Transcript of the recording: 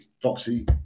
Foxy